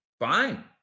Fine